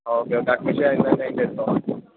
ആ okay okay admission ഞാൻ ഇന്ന് തന്നെ എടുത്തോളാം